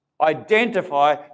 identify